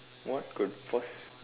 what could poss~